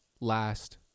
last